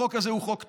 החוק הזה הוא חוק טוב.